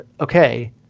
okay